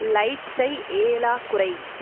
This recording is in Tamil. லைட்ஸை ஏழாக குறை